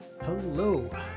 Hello